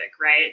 Right